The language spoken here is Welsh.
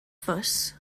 fws